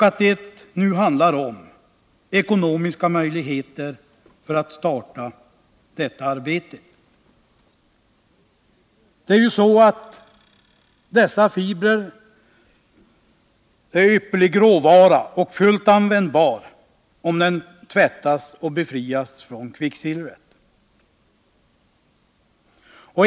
Vad det nu handlar om är ekonomiska möjligheter att starta detta arbete. Dessa fibrer är ypperlig råvara, fullt användbar om fibrerna tvättas och befrias från kvicksilver.